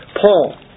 Paul